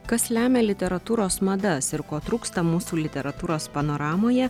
kas lemia literatūros madas ir ko trūksta mūsų literatūros panoramoje